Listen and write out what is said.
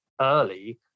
early